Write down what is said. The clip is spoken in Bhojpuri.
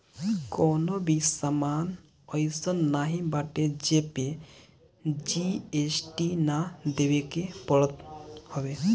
कवनो भी सामान अइसन नाइ बाटे जेपे जी.एस.टी ना देवे के पड़त हवे